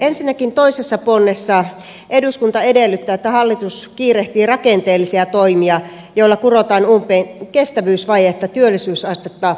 ensinnäkin toisessa ponnessa eduskunta edellyttää että hallitus kiirehtii rakenteellisia toimia joilla kurotaan umpeen kestävyysvajetta työllisyysastetta nostamalla